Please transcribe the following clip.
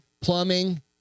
Plumbing